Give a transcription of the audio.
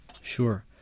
Sure